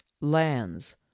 lands